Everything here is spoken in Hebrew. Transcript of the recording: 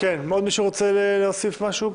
עוד מישהו רוצה להוסיף משהו?